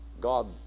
God